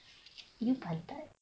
you put that